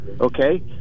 Okay